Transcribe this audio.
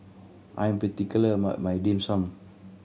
I am particular about my Dim Sum